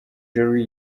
jolly